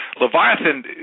Leviathan